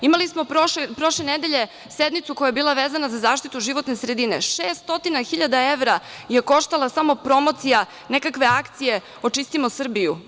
Imali smo prošle nedelje sednicu koja je bila vezana za zaštitu životne sredine – 600 hiljada evra je koštala samo promocija nekakve akcije „Očistimo Srbiju“